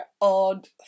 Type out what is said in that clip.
odd